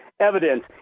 evidence